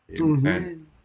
Amen